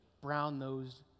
brown-nosed